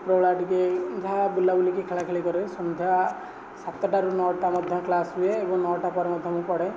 ଉପରବେଳା ଟିକିଏ ଯାହା ବୁଲା ବୁଲି କି ଖେଳା ଖେଳି କରେ ସନ୍ଧ୍ୟା ସାତଟାରୁ ନଅଟା ମଧ୍ୟ କ୍ଲାସ୍ ହୁଏ ଏବଂ ନଅଟା ପରେ ମଧ୍ୟ ମୁଁ ପଢେ